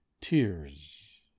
tears